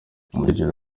umukecuru